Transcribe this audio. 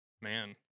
man